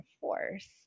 force